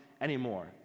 anymore